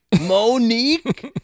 Monique